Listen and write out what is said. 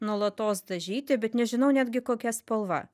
nuolatos dažyti bet nežinau netgi kokia spalva